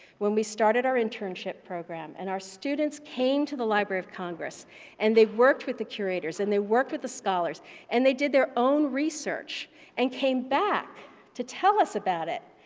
when we started our internship program and our students came to the library of congress and they worked with the curators and they worked with the scholars and they did their own research and came back to tell us about it.